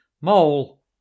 Mole